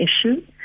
issue